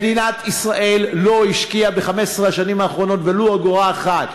מדינת ישראל לא השקיעה ב-15 השנים האחרונות ולו אגורה אחת.